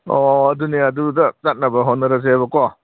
ꯑꯣ ꯑꯗꯨꯅꯦ ꯑꯗꯨꯗ ꯆꯠꯅꯕ ꯍꯣꯠꯅꯔꯁꯦꯕꯀꯣ